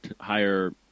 higher